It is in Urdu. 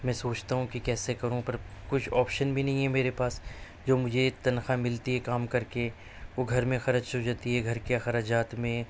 میں سوچتا ہوں کہ کیسے کروں پر کچھ آپشن بھی نہیں ہے میرے پاس جو مجھے تنخواہ ملتی ہے کام کر کے وہ گھر میں خرچ ہو جاتی ہے گھر کے اخراجات میں